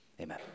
Amen